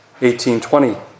18.20